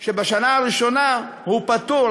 הוא שבשנה הראשונה הוא פטור,